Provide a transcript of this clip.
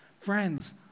Friends